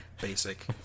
basic